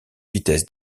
vitesses